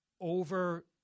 over